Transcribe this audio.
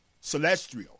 celestial